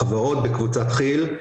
לחברות בקבוצת כי"ל.